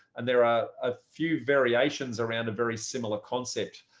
and there are a few variations around a very similar concept.